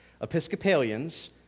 Episcopalians